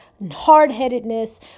hardheadedness